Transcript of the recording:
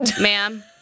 ma'am